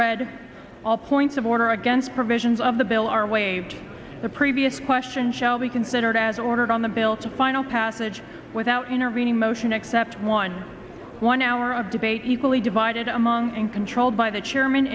read all points of order against provisions of the bill are waived the previous question shall be considered as ordered on the bill to final passage without intervening motion except one one hour of debate equally divided among and controlled by the chairman